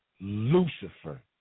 Lucifer